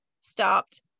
stopped